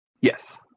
Yes